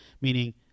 meaning